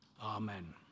Amen